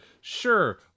sure